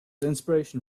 inspiration